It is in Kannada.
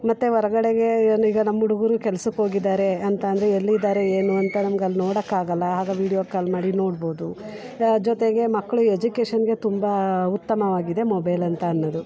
ಮತ್ತು ಹೊರ್ಗಡೆಗೆ ಏನೀಗ ನಮ್ಮ ಹುಡ್ಗುರು ಕೆಲ್ಸಕ್ಕೆ ಹೋಗಿದ್ದಾರೆ ಅಂತ ಅಂದರೆ ಎಲ್ಲಿದ್ದಾರೆ ಏನು ಅಂತ ನಮ್ಗಲ್ಲಿ ನೋಡೋಕ್ಕಾಗಲ್ಲ ಆಗ ವೀಡಿಯೋ ಕಾಲ್ ಮಾಡಿ ನೋಡ್ಬೋದು ಜೊತೆಗೆ ಮಕ್ಕಳ ಎಜುಕೇಶನ್ನಿಗೆ ತುಂಬ ಉತ್ತಮವಾಗಿದೆ ಮೊಬೈಲ್ ಅಂತ ಅನ್ನೋದು